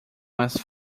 mais